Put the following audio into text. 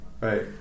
right